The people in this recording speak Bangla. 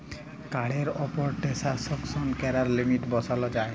কাড়ের উপর টেরাল্সাকশন ক্যরার লিমিট বসাল যায়